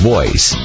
Voice